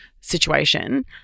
situation